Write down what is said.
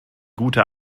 gute